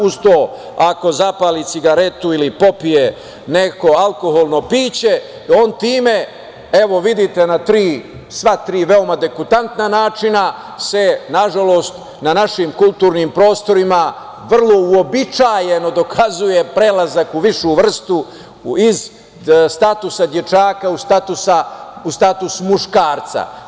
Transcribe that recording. Uz to ako zapali cigaretu ili popije neko alkoholno piće, on time, evo vidite na svi tri veoma degutantna načina se, na žalost, na našim kulturnim prostorima vrlo uobičajeno dokazuje prelazak u višu vrstu iz statusa dečaka u status muškarca.